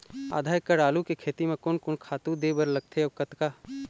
आधा एकड़ आलू के खेती म कोन कोन खातू दे बर लगथे अऊ कतका?